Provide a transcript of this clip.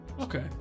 Okay